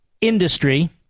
industry